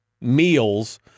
meals